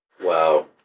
Wow